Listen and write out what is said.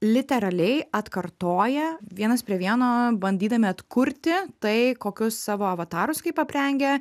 literaliai atkartoja vienas prie vieno bandydami atkurti tai kokius savo avatarus kaip aprengę